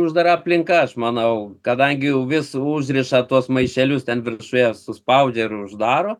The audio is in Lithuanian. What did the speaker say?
uždara aplinka aš manau kadangi vis užriša tuos maišelius ten viršuje suspaudžia ir uždaro